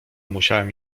musiałem